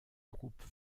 groupe